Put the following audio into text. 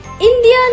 Indian